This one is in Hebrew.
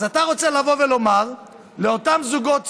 אז אתה רוצה לבוא ולומר לאותם זוגות צעירים,